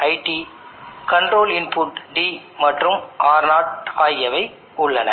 DC DC converter control input d ஐ கொண்டுள்ளது